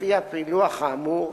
לפי הפילוח האמור,